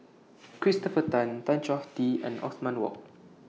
Christopher Tan Tan Choh Tee and Othman Wok